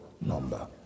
number